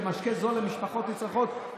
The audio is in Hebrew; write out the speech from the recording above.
משקה זול למשפחות נצרכות,